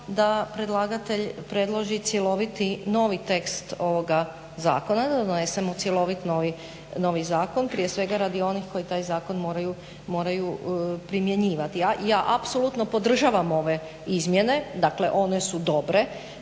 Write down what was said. da predlagatelj predloži cjeloviti novi tekst ovoga zakona da donesemo cjelovit novi zakon prije svega zbog onih koji taj zakon moraju primjenjivati. Ja apsolutno podržavam ove izmjene, dakle one su dobre